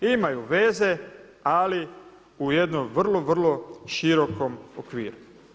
Imaju veze ali u jednom vrlo, vrlo širokom okviru.